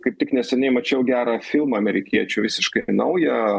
kaip tik neseniai mačiau gerą filmą amerikiečių visiškai naują